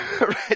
Right